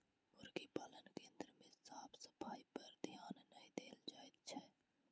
मुर्गी पालन केन्द्र मे साफ सफाइपर ध्यान नै देल जाइत छै